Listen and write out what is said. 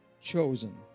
chosen